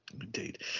indeed